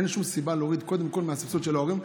אין שום סיבה להוריד קודם כול מהסבסוד של ההורים,